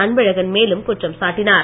அன்பழகன் மேலும் குற்றம் சாட்டினார்